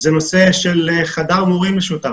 נושא של חדר מורים משותף.